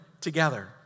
together